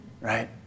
right